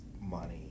money